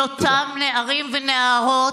של אותם נערים ונערות.